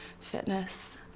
fitness